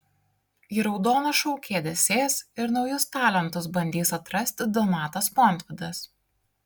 į raudoną šou kėdę sės ir naujus talentus bandys atrasti donatas montvydas